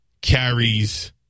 carries